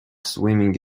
swimming